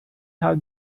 how